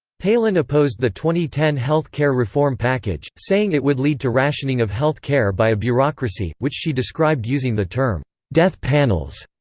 palin opposed the two ten health care reform package, saying it would lead to rationing of health care by a bureaucracy, which she described using the term death panels.